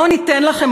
לא ניתן לכם,